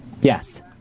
Yes